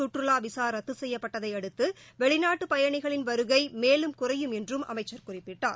சுற்றுலாவிசாரத்துசெய்யப்பட்டதைஅடுத்துவெளிநாட்டுபயணிகளின் வருகைமேலும் குறையும் என்றும் அமைச்சர் குறிப்பிட்டார்